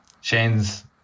Shane's